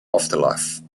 afterlife